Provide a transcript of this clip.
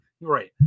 Right